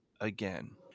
Again